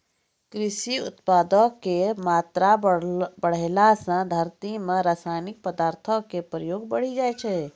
कृषि उत्पादो के मात्रा बढ़ैला से धरती मे रसायनिक पदार्थो के प्रयोग बढ़ि जाय छै